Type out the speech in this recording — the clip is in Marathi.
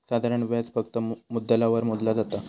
साधारण व्याज फक्त मुद्दलावर मोजला जाता